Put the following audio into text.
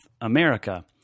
America